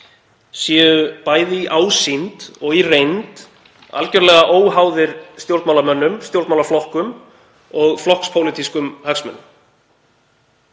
séu, bæði í ásýnd og reynd, óháðir stjórnmálamönnum, stjórnmálaflokkum og flokkspólitískum hagsmunum.